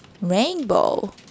Rainbow